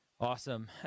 awesome